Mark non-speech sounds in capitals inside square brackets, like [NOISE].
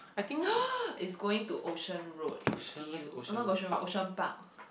[NOISE] it's going to Ocean-Road with you no not Ocean-Road Ocean-Park